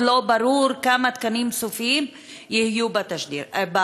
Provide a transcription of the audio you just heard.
לא ברור סופית כמה תקנים יהיו בתאגיד.